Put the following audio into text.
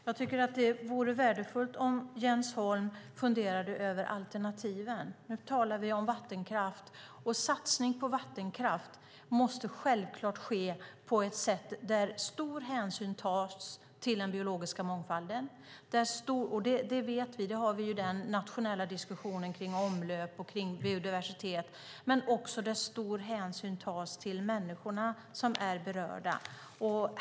Fru talman! Det vore värdefullt om Jens Holm funderade över alternativen. Vi talar om vattenkraft, och satsning på vattenkraft måste självklart ske på ett sådant sätt att man tar stor hänsyn till den biologiska mångfalden. Vi har ju den nationella diskussionen om omlöp och biodiversitet. Man måste också ta stor hänsyn till de människor som berörs.